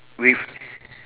with